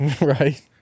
Right